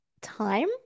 time